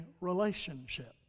relationship